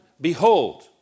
behold